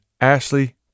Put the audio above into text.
Ashley